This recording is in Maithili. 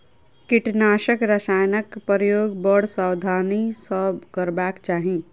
कीटनाशक रसायनक प्रयोग बड़ सावधानी सॅ करबाक चाही